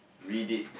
read it